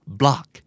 block